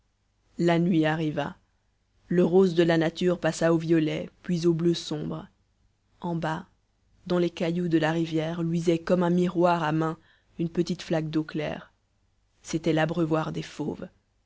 la nuit arriva le rose de la nature passa au violet puis au bleu sombre en bas dans les cailloux de la rivière luisait comme un miroir à main une petite flaque d'eau claire c'était l'abreuvoir des fauves